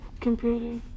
computer